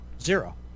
Zero